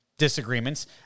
Disagreements